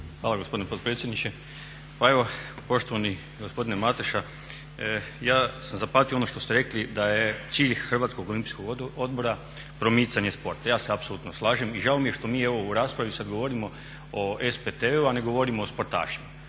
Hvala gospodine potpredsjedniče. Pa evo poštovani gospodine Mateša ja sam zapamtio ono što ste rekli da je cilj HOO-a promicanje sporta. Ja se apsolutno slažem i žao mi je što mi evo u raspravi sad govorimo o SPTV-u, a ne govorimo o sportašima.